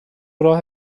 راه